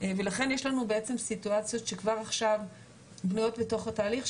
ולכן יש לנו בעצם סיטואציות שכבר עכשיו בנויות בתוך התהליך,